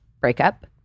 breakup